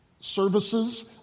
services